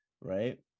right